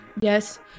yes